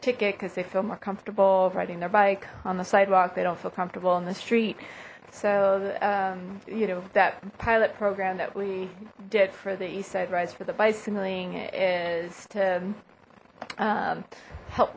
ticket because they feel more comfortable riding their bike on the sidewalk they don't feel comfortable on the street so you know that pilot program that we did for the east side rise for the bicycling is to help